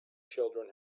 children